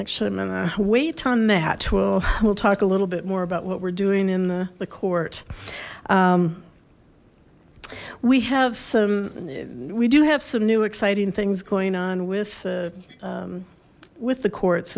actually i'm gonna wait on that well we'll talk a little bit more about what we're doing in the court we have some we do have some new exciting things going on with with the courts